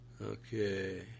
okay